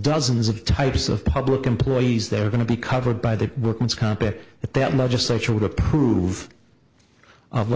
dozens of types of public employees they're going to be covered by the workman's comp and at that legislature would approve of